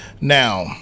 Now